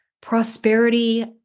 prosperity